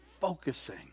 focusing